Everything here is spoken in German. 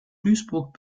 duisburg